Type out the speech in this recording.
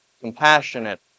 compassionate